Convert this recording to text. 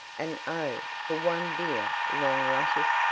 and oh, for one dear, long, luscious,